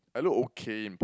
I look okay in purple